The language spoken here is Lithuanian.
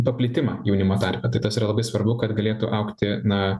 paplitimą jaunimo tarpe tai tas yra labai svarbu kad galėtų augti na